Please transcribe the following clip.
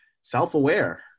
self-aware